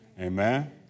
Amen